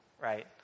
right